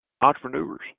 entrepreneurs